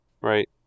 right